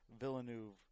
Villeneuve